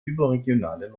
überregionalen